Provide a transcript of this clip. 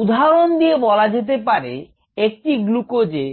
উদাহরণ দিয়ে বলা যেতে পারে একটি গ্লুকোজে